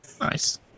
Nice